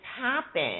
happen